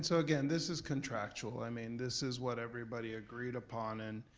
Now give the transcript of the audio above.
so again, this is contractual. i mean this is what everybody agreed upon. and